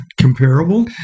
comparable